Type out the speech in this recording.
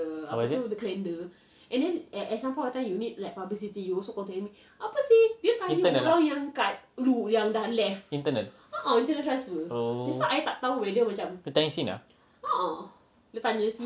what you say intern ah oh intern eh internal oh dia tanya sinar